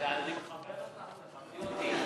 אני מכבד אותך, תכבדי אותי.